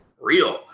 real